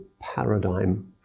paradigm